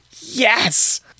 Yes